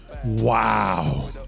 Wow